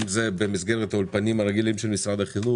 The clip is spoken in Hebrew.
אם זה במסגרת האולפנים הרגילים של משרד החינוך